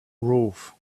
roof